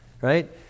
right